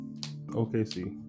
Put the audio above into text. OKC